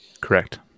Correct